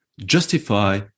justify